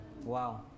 Wow